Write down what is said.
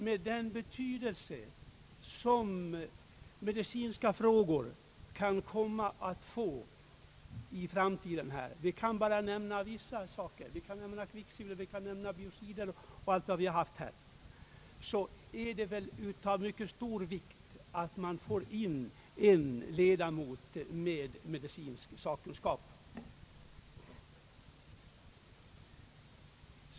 Med den betydelse som medicinska frågor kan komma att få i framtiden — vi kan nämna kvicksilver och biocider är det väl av mycket stor vikt att man får in en le damot med medicinsk sakkunskap.